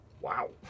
Wow